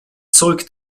zeug